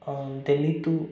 Delhi two